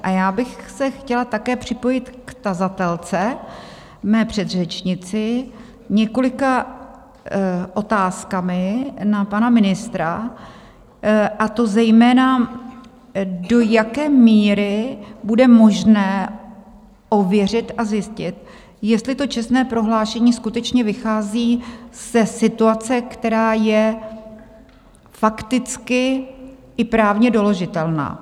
A já bych se chtěla také připojit k tazatelce, své předřečnici, několika otázkami na pana ministra, a to zejména, do jaké míry bude možné ověřit a zjistit, jestli to čestné prohlášení skutečně vychází ze situace, která je fakticky i právně doložitelná.